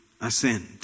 Ascend